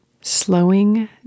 Slowing